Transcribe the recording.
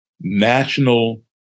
national